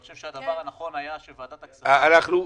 אני חושב שהדבר הנכון היה שוועדת הכספים- -- אנחנו,